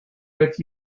with